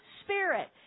spirit